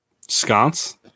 Sconce